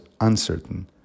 uncertain